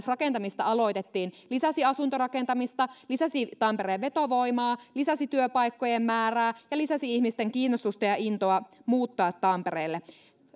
rakentamista edes aloitettiin lisäsi asuntorakentamista lisäsi tampereen vetovoimaa lisäsi työpaikkojen määrää ja lisäsi ihmisten kiinnostusta ja ja intoa muuttaa tampereelle